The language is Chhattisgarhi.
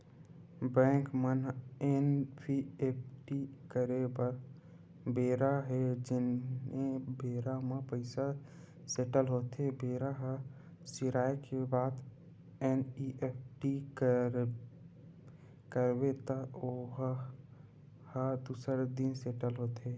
बेंक म एन.ई.एफ.टी करे बर बेरा हे जेने बेरा म पइसा सेटल होथे बेरा ह सिराए के बाद एन.ई.एफ.टी करबे त ओ ह दूसर दिन सेटल होथे